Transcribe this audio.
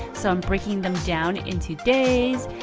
so i'm breaking them down into days,